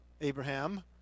Abraham